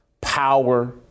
power